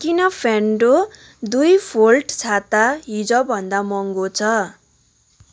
किन फेन्डो दुई फोल्ड छाता हिजो भन्दा महँगो छ